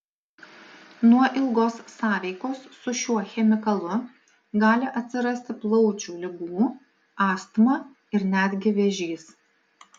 nuo ilgos sąveikos su šiuo chemikalu gali atsirasti plaučių ligų astma ir netgi vėžys